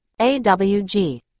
awg